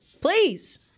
please